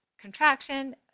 contraction